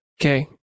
Okay